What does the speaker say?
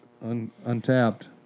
Untapped